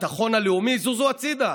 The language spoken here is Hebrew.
הביטחון הלאומי זוזו הצידה.